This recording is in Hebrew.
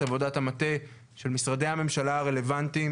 עבודת המטה של משרדי הממשלה הרלוונטיים,